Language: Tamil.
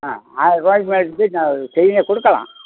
ஆ ஆயிர்ருபாய்க்கு சரிங்க கொடுக்கலாம்